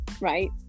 right